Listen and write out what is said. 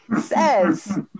says